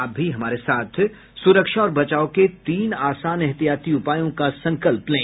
आप भी हमारे साथ सुरक्षा और बचाव के तीन आसान एहतियाती उपायों का संकल्प लें